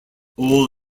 all